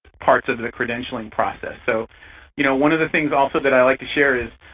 parts of the credentialing process. so you know one of the things also that i like to share is,